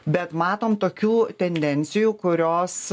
bet matom tokių tendencijų kurios